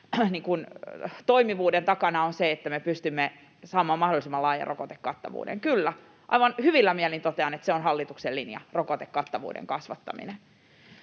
toimivuuden takana on se, että me pystymme saamaan mahdollisimman laajan rokotekattavuuden. Kyllä, aivan hyvillä mielin totean, että se on hallituksen linja, rokotekattavuuden kasvattaminen.